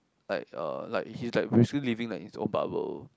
like uh like he's like basically living like his own bubble